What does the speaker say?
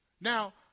Now